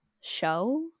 show